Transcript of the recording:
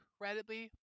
incredibly